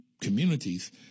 communities